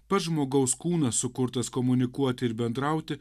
pats žmogaus kūnas sukurtas komunikuoti ir bendrauti